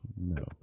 no